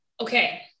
Okay